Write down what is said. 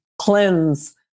cleanse